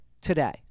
today